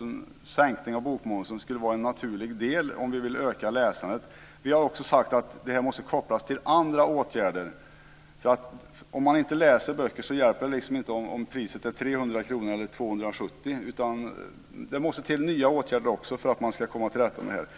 en sänkning av bokmomsen skulle vara en naturlig del om vi vill öka läsandet. Vi har också sagt att detta måste kopplas till andra åtgärder, därför att om man inte läser böcker så spelar det ingen roll om priset är 300 kr eller 270 kr. Det måste alltså vidtas nya åtgärder för att man ska komma till rätta med detta.